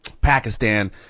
pakistan